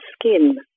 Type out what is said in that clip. skin